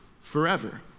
forever